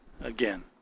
again